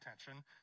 attention